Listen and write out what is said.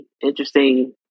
interesting